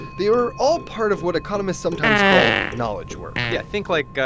they were all part of what economists sometimes call knowledge work yeah. think, like,